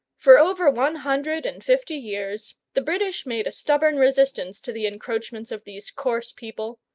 for over one hundred and fifty years the british made a stubborn resistance to the encroachments of these coarse people,